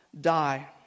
die